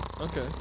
Okay